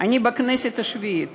אני בכנסת השביעית